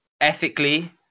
Ethically